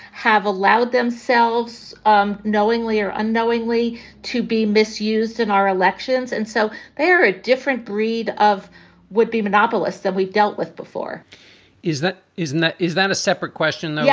have allowed themselves um knowingly or unknowingly to be misused in our elections. and so they are a different breed of would be monopolies that we've dealt with before is that is and that is that a separate question, though, yeah